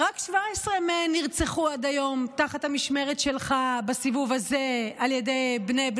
רק 17 מהן נרצחו עד היום תחת המשמרת שלך בסיבוב הזה על ידי בני,